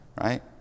right